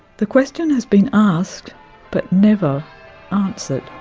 the question has been asked but never answered.